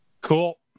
Cool